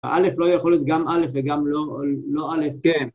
האלף לא יכול להיות גם אלף וגם לא אלף, כן.